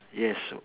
yes